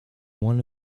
one